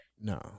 No